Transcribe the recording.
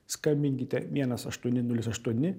skambinkite vienas aštuoni nulis aštuoni